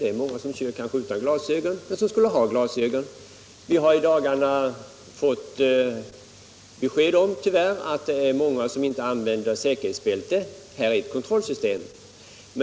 Många människor kör kanske utan glasögon, trots att de skulle bära sådana. Vi har i dagarna fått besked om att det tyvärr är många som inte använder säkerhetsbälte. Här är ett kontrollproblem.